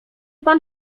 pan